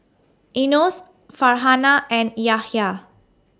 Yunos Farhanah and Yahya